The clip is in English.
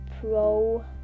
pro